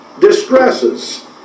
distresses